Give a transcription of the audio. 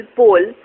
poll